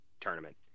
tournament